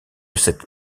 cette